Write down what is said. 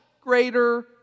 greater